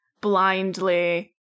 blindly